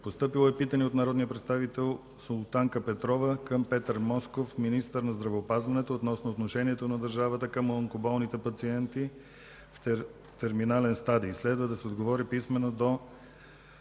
януари 2015 г.; - народния представител Султанка Петрова към Петър Москов – министър на здравеопазването, относно отношението на държавата към онкоболните пациенти в терминален стадий. Следва да се отговори писмено до